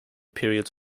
periods